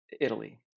Italy